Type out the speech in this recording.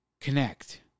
Connect